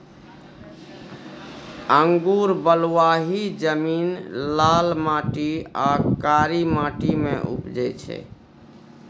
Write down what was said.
अंगुर बलुआही जमीन, लाल माटि आ कारी माटि मे उपजै छै